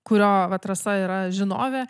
kurio rasa yra žinovė